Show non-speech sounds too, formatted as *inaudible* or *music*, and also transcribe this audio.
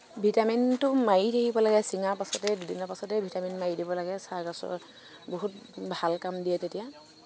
ভিটামিনটো মাৰি থাকিব লাগে ছিঙাৰ পাছতে দুদিনৰ পাছতে ভিটামিনটো মাৰি দিব লাগে *unintelligible* বহুত ভাল কাম দিয়ে তেতিয়া